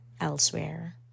elsewhere